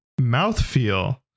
Mouthfeel